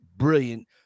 Brilliant